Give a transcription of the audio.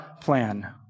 plan